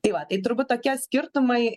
tai va tai turbūt tokie skirtumai